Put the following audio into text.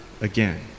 again